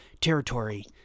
territory